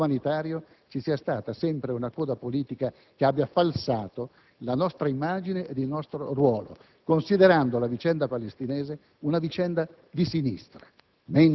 anche umanitario, vi sia sempre stata sempre una coda politica che ha falsato la nostra immagine ed il nostro ruolo, considerando quella palestinese una vicenda di sinistra,